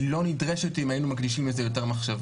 היא לא נדרשת אם היינו מקדישים לזה יותר מחשבה,